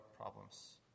problems